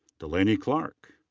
delaney clark.